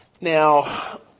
Now